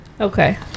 Okay